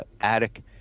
attic